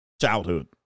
childhood